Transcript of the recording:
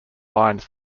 lines